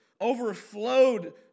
overflowed